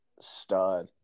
stud